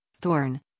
Thorn